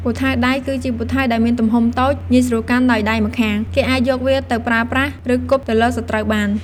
ពូថៅដៃ គឺជាពូថៅដែលមានទំហំតូច ងាយស្រួលកាន់ដោយដៃម្ខាង គេអាចយកវាទៅប្រើប្រាស់ ឬគប់ទៅលើសត្រូវបាន។